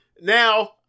Now